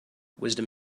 wisdom